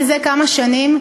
זה כמה שנים,